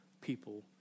people